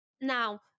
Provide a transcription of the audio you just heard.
Now